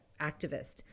activist